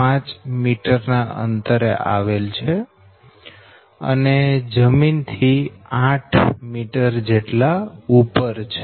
5 metre ના અંતરે આવેલા છે અને જમીન થી 8 મીટર જેટલા ઉપર છે